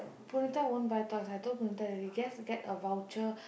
Punitha won't buy toys I told Punitha already just get a voucher